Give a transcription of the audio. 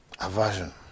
Aversion